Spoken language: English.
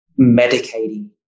medicating